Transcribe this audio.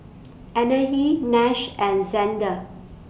Anahi Nash and Zander